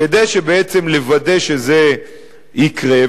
כדי לוודא שזה יקרה,